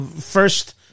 first